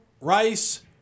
Rice